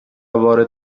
وارد